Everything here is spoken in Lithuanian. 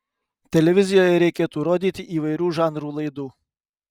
televizijoje reikėtų rodyti įvairių žanrų laidų